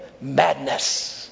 madness